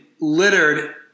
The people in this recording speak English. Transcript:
littered